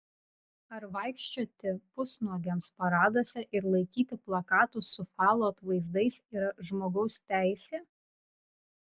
ar vaikščioti pusnuogiams paraduose ir laikyti plakatus su falo atvaizdais yra žmogaus teisė